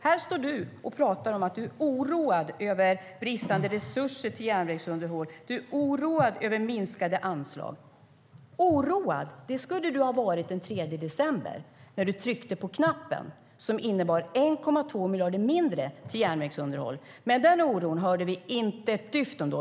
Här står du och talar om att du är oroad över bristande resurser till järnvägsunderhåll. Du är oroad över minskade anslag. Oroad skulle du ha varit den 3 december, när du tryckte på knappen som innebar 1,2 miljarder mindre till järnvägsunderhåll. Men den oron hörde vi inte ett dyft om då.